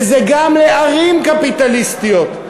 וזה גם לערים קפיטליסטיות,